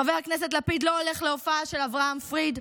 חבר הכנסת לפיד לא הולך להופעה של אברהם פריד,